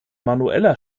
manueller